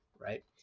Right